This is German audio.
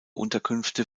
unterkünfte